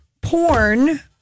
porn